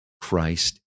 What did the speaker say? Christ